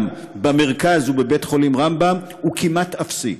במרכז ובבית-חולים רמב"ם הוא כמעט אפסי.